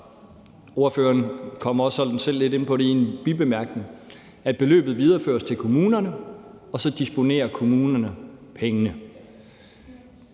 at beløbet videreføres til kommunerne og så disponerer kommunerne over pengene.